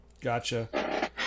Gotcha